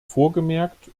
vorgemerkt